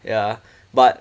ya but